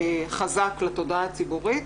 חזק לתודעה הציבורית,